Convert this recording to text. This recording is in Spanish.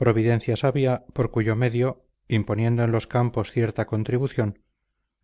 providencia sabia por cuyo medio imponiendo en los campos cierta contribución